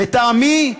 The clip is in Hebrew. לטעמי,